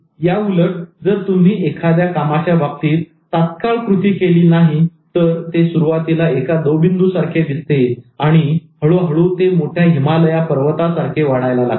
याउलट जर तुम्ही एखाद्या कामाच्या बाबतीत तात्काळ कृती केली नाही तर ते सुरुवातीला एका दवबिंदू सारखे दिसते आणि हळूहळू ते मोठ्या हिमालय पर्वता सारखे वाढायला लागते